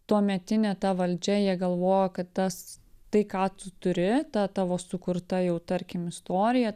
tuometinė ta valdžia jie galvojo kad tas tai ką tu turi ta tavo sukurta jau tarkim istorija